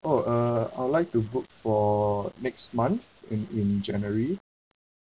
oh uh I would like to book for next month in in january